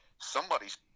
somebody's